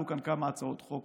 אי-אפשר, עלו כאן כמה הצעות חוק